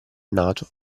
nato